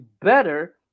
better